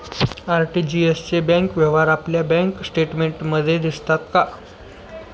RTGS चे व्यवहार आपल्या बँक स्टेटमेंटमध्ये दिसतात का?